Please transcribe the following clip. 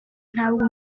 ntabwo